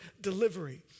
delivery